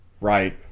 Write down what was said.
right